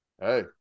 Hey